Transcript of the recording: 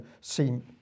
seem